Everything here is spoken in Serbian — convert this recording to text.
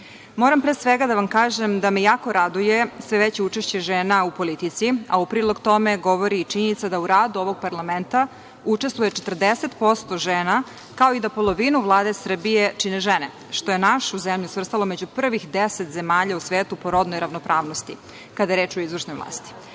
pre svega, da vam kažem da me jako raduje sve veće učešće žena u politici, a u prilog tome govori i činjenica da u radu ovog parlamenta učestvuje 40% žena, kao i da polovinu Vlade Srbije čine žene, što je našu zemlju svrstalo među prvih 10 zemalja u svetu po rodnoj ravnopravnosti, kada je reč o izvršnoj vlasti.